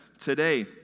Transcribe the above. Today